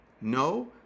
no